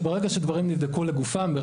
שברגע שדברים נבדקו לגופם,